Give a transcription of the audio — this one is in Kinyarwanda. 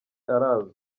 arazwi